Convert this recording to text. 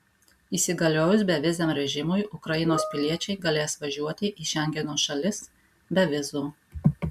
įsigaliojus beviziam režimui ukrainos piliečiai galės važiuoti į šengeno šalis be vizų